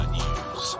news